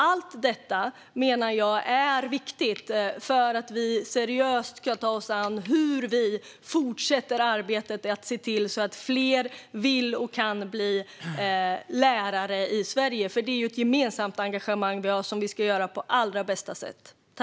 Allt detta menar jag är viktigt för att vi seriöst ska kunna ta oss an det fortsatta arbetet med att se till att fler vill och kan bli lärare i Sverige. Det är ett gemensamt engagemang vi har, och vi ska göra det här på allra bästa sätt.